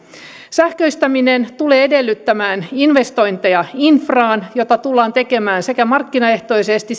sähköistäminen tulee edellyttämään investointeja infraan mitä tullaan tekemään sekä markkinaehtoisesti